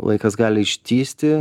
laikas gali ištįsti